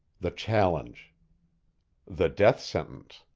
the challenge the death sentence.